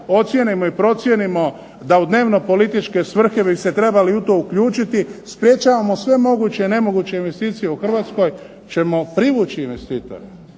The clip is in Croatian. ocijenimo i procijenimo da u dnevno-političke svrhe bi se trebali u to uključiti sprječavamo sve moguće i nemoguće investicije u Hrvatskoj ćemo privući investitore.